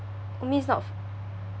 oh means not f~